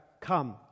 come